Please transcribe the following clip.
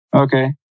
Okay